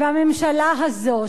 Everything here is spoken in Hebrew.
והממשלה הזאת,